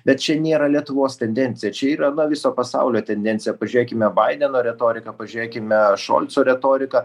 bet čia nėra lietuvos tendencija čia yra na viso pasaulio tendencija pažiūrėkime baideno retoriką pažiūrėkime šolco retoriką